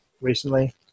recently